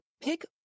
Pick